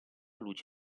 luce